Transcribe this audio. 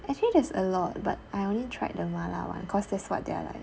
actually there is a lot but I only tried the 麻辣 one cause that's what they're like